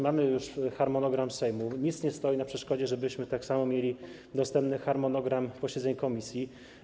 Mamy już harmonogram posiedzeń Sejmu, nic nie stoi na przeszkodzie, żebyśmy tak samo mieli dostępny harmonogram posiedzeń komisji.